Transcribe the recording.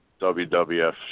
WWF